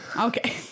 Okay